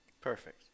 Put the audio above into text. perfect